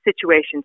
situations